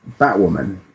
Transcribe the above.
Batwoman